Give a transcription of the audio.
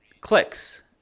clicks